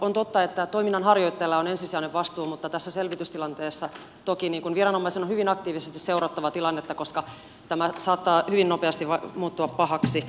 on totta että toiminnan harjoittajalla on ensisijainen vastuu mutta tässä selvitystilanteessa toki viranomaisen on hyvin aktiivisesti seurattava tilannetta koska tämä saattaa hyvin nopeasti muuttua pahaksi